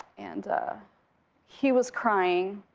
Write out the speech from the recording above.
and he was crying,